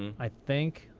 um i think.